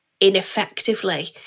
ineffectively